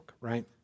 right